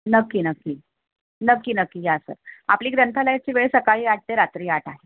नक्की नक्की नक्की नक्की या सर आपली ग्रंथालयाची वेळ ही सकाळी आठ ते रात्री आठ आहे